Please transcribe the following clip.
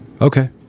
Okay